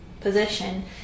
position